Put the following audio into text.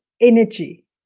energy